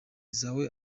zawe